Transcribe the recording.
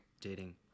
Dating